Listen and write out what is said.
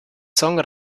song